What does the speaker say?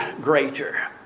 greater